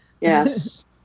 Yes